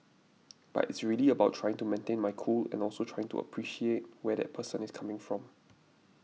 but it's really about trying to maintain my cool and also trying to appreciate where that person is coming from